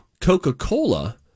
Coca-Cola